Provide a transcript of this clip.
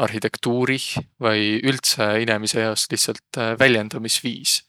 kultuurih. Vai üldse inemise jaos lihtsält välendümisviis.